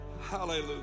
Hallelujah